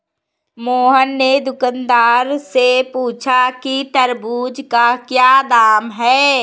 मोहन ने दुकानदार से पूछा कि तरबूज़ का क्या दाम है?